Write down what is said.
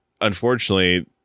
Unfortunately